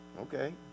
Okay